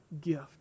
gift